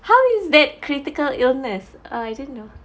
how is that critical illness I didn't know